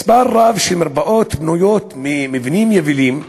מספר רב של מרפאות הן במבנים יבילים,